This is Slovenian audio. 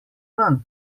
ven